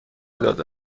داده